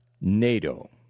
NATO